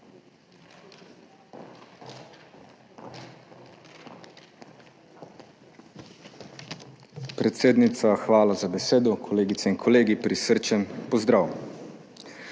hvala za besedo. Kolegice in kolegi, prisrčen pozdrav!